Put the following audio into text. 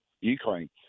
Ukraine